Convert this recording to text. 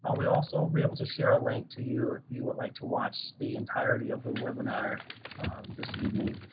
um we also will be able to share a link to you if you would like to watch the entirety of the webinar this evening,